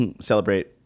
celebrate